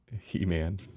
He-Man